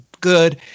good